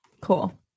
Cool